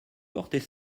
porter